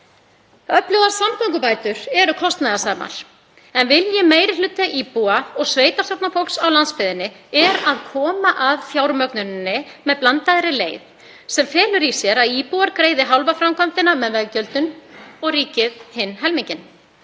Öflugar samgöngubætur eru kostnaðarsamar en vilji meiri hluta íbúa og sveitarstjórnarfólks á landsbyggðinni er að koma að fjármögnuninni með blandaðri leið sem felur í sér að íbúar greiði hálfa framkvæmdina með veggjöldum og ríkið hinn helminginn.